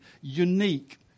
unique